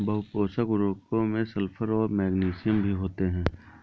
बहुपोषक उर्वरकों में सल्फर और मैग्नीशियम भी होते हैं